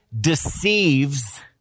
deceives